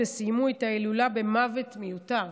סיימו את ההילולה במוות מיותר.